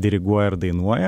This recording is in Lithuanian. diriguoja ar dainuoja